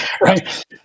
right